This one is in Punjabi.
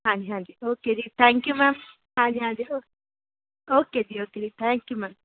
ਹਾਂਜੀ ਹਾਂਜੀ ਓਕੇ ਜੀ ਥੈਂਕ ਯੂ ਮੈਮ ਹਾਂਜੀ ਹਾਂਜੀ ਓਕੇ ਜੀ ਓਕੇ ਜੀ ਥੈਂਕ ਯੂ ਮੈਮ